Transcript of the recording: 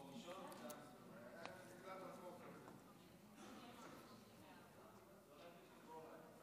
לרשותך שלוש דקות, בבקשה.